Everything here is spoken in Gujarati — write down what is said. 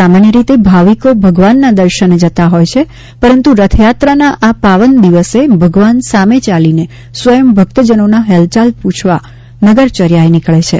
સામાન્ય રીતે ભાવિકો ભગવાનના દર્શને જતા હોય છે પરંતુ રથયાત્રાના આ પાવન દિવસે ભગવાન સામે ચાલીને સ્વયં ભક્તજનોના હાલચાલ પૂછવા નગરચર્ચાએ નીકળે છે